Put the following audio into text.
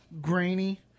grainy